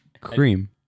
Cream